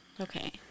Okay